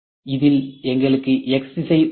இதில் எங்களுக்கு X திசை உள்ளது